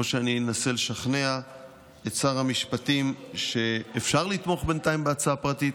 שאני אנסה לשכנע את שר המשפטים שאפשר לתמוך בינתיים בהצעה פרטית,